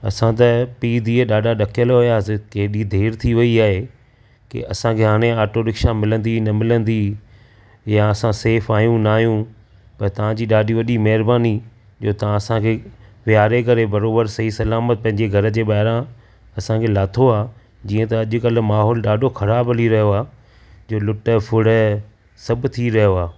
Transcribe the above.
असां त पीउ धीउ ॾाढा ॾकियलु हुआसीं की एॾी देरि थी वई आहे की असांखे हाणे ऑटो रिक्शा मिलंदी न मिलंदी या असां सेफ आहियूं न आहियूं पर तव्हांजी ॾाढी वॾी महिरबानी जो तव्हां असांखे विहारे करे बराबरि सही सलामत पंहिंजे घर जे ॿाहिरां असांखे लाहियो आहे जीअं त अॼुकल्ह माहोल ॾाढो ख़राब हली रहियो आ्हे जो लुट फुड़ सभ थी रहियो आ्हे